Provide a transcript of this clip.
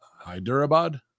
Hyderabad